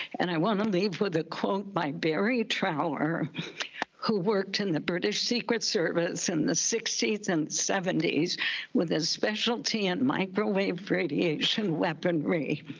and i want to leave with a quote by barrie trower who worked in the british secret service in the sixties and seventies with his specialty in microwave, radiation, weaponry.